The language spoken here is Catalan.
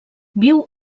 viu